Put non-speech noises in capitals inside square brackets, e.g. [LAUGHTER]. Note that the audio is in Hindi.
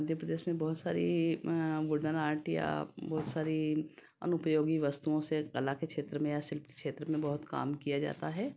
मध्य प्रदेश में बहुत सारी [UNINTELLIGIBLE] आर्ट या बहुत सारी अनुपयोगी वस्तुओं से कला के क्षेत्र में या शिल्प क्षेत्र में बहुत काम किया जाता है